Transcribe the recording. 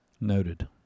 noted